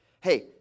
hey